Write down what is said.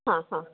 हा हा